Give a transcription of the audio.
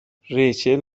ریچل